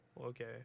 Okay